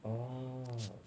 oh